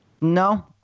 no